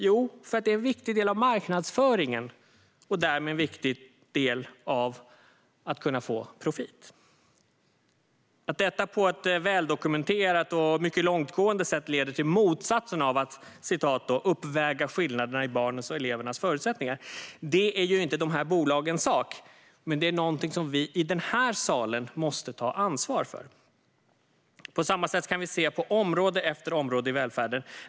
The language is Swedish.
Jo, för att det är en viktig del av marknadsföringen och därmed en viktig del av att kunna få profit. Att detta på ett väldokumenterat och mycket långtgående sätt leder till motsatsen till att "uppväga skillnader i barnens och elevernas förutsättningar" är ju inte de här bolagens sak. Men det är någonting som vi i den här salen måste ta ansvar för. Vi ser detsamma på område efter område i välfärden.